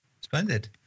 splendid